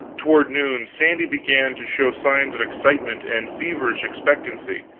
toward noon, sandy began to show signs of excitement and feverish expectancy.